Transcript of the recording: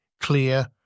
clear